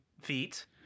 feet